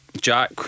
Jack